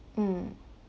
mm